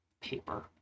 paper